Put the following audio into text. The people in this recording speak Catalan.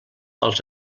als